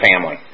family